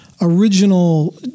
original